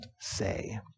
say